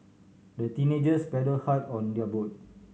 the teenagers paddled hard on their boat